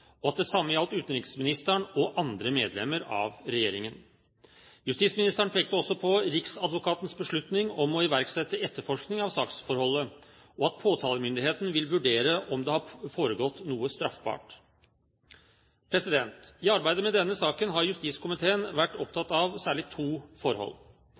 og at det samme gjaldt utenriksministeren og andre medlemmer av regjeringen. Justisministeren pekte også på riksadvokatens beslutning om å iverksette etterforskning av saksforholdet og at påtalemyndigheten vil vurdere om det har foregått noe straffbart. I arbeidet med denne saken har justiskomiteen vært opptatt av særlig to forhold.